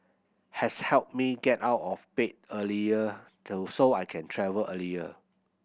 has helped me get out of bed earlier though so I can travel earlier